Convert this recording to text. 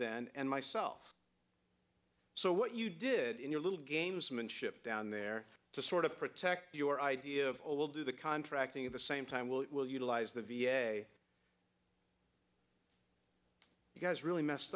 then and myself so what you did in your little gamesmanship down there to sort of protect your idea of all do the contracting at the same time will utilize the v a you guys really messed